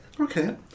Okay